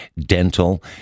dental